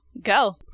go